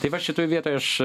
tai va šitoj vietoj aš